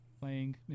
playing